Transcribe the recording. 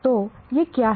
तो ये क्या हैं